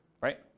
right